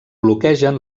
bloquegen